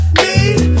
need